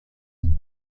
and